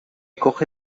coge